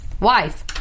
wife